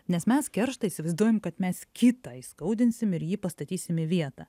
nes mes kerštą įsivaizduojam kad mes kitą įskaudinsim ir jį pastatysim į vietą